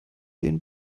den